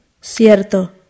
Cierto